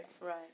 Right